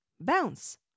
Bounce